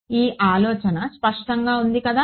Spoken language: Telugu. ఈ ఆలోచన స్పష్టంగా ఉంది కదా